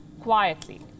quietly